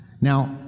Now